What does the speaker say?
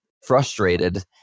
frustrated